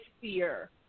fear